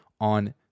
On